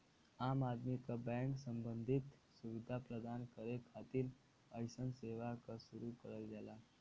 आम आदमी क बैंक सम्बन्धी सुविधा प्रदान करे खातिर अइसन सेवा क शुरू करल जाला